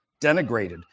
denigrated